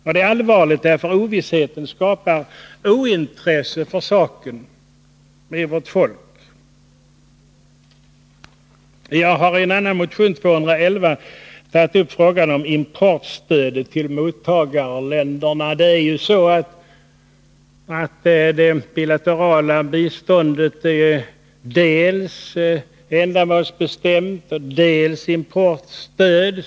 Och det allvarliga är att ovissheten skapar ett ointresse hos vårt folk för biståndsverksamheten. Jag har i en annan motion, 1211, tagit upp frågan om importstödet till mottagarländerna. Det bilaterala biståndet är dels ändamålsbestämt och dels utgår importstöd.